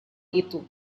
itu